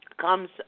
comes